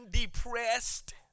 depressed